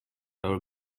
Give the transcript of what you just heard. our